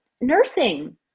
nursing